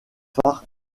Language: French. phares